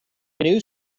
new